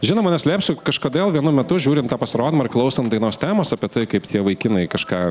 žinoma neslėpsiu kažkodėl vienu metu žiūrint tą pasirodymą ir klausant dainos temos apie tai kaip tie vaikinai kažką